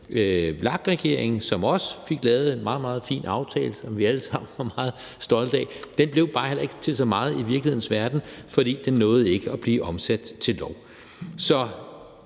VLAK-regeringen, som også fik lavet en meget, meget fin aftale, som vi alle sammen var meget stolte af, men som bare heller ikke blev til så meget i virkelighedens verden, fordi den ikke nåede at blive omsat til lov. Så